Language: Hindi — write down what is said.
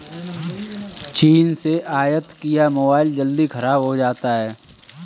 चीन से आयत किया मोबाइल जल्दी खराब हो जाता है